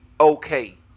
okay